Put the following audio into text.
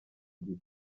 gihe